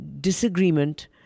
disagreement